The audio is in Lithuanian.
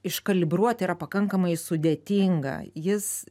iškalibruot yra pakankamai sudėtinga jis